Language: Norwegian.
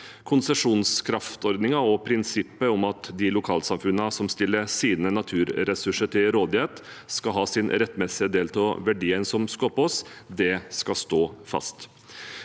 Konsesjonskraftordningen og prinsippet om at de lokalsamfunnene som stiller sine naturressurser til rådighet, skal ha sin rettmessige del av verdiene som skapes, skal stå fast.